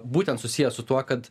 būtent susiję su tuo kad